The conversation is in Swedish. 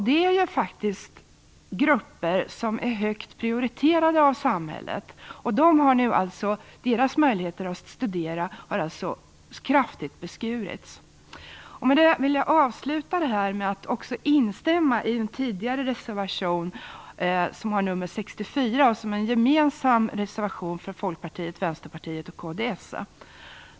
Det är ju faktiskt grupper som är högt prioriterade av samhället. Deras möjligheter att studera har alltså kraftigt beskurits. Jag vill avsluta med att instämma i en tidigare reservation som har nr 64. Det är en gemensam reservation från Folkpartiet, Vänsterpartiet och kds.